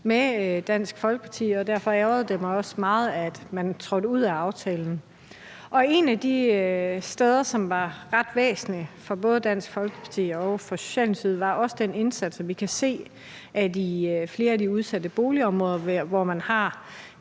med Dansk Folkeparti, og derfor ærgrede det mig også meget, at man trådte ud af aftalen. Og noget af det, som var ret væsentligt for både Dansk Folkeparti og for Socialdemokratiet, var også den indsats, som vi kan se i flere af de udsatte boligområder, hvor man har